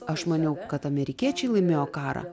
aš maniau kad amerikiečiai laimėjo karą